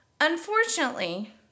unfortunately